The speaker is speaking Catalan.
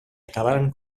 acabaren